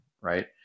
Right